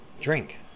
drink